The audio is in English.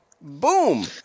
Boom